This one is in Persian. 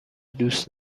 دوست